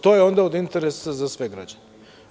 To je onda od interesa za sve građane.